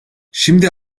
şimdi